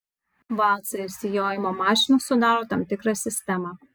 valcai ir sijojimo mašinos sudaro tam tikrą sistemą